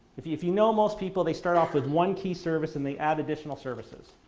if you if you know most people, they start off with one key service and they add additional services.